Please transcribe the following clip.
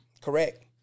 Correct